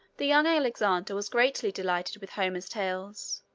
the young alexander was greatly delighted with homer's tales.